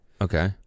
Okay